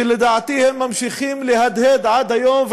שלדעתי הם ממשיכים להדהד עד היום,